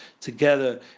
together